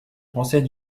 français